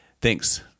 thanks